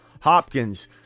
hopkins